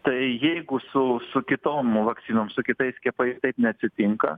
tai jeigu su su kitom vakcinom su kitais skiepais taip neatsitinka